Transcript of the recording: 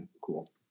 cool